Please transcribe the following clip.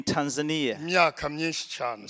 Tanzania